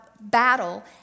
battle